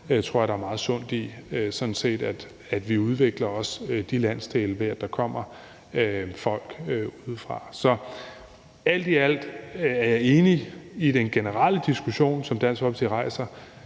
det tror jeg der er meget sundt i, altså at vi sådan set også udvikler de landsdele, ved at der kommer folk udefra. Så alt i alt er jeg enig i den generelle diskussion, som Dansk Folkeparti rejser,